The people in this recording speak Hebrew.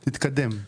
תתקדם.